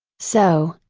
so,